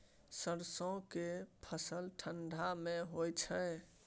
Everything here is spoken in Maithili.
सरसो के फसल ठंडा मे होय छै?